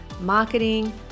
marketing